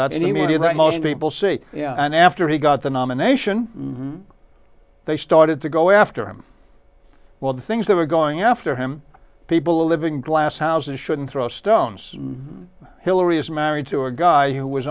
that most people see and after he got the nomination they started to go after him well the things that were going after him people living glass houses shouldn't throw stones hillary is married to a guy who was